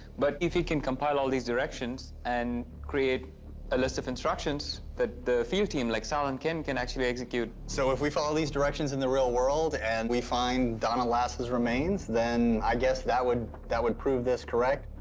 but if we can compile all these directions and create a list of instructions that the field team like sal and ken can actually execute. so if we follow these directions in the real world and we find donna lass' remains, then i guess that would that would prove this correct.